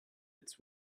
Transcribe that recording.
its